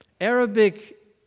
Arabic